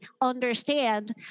understand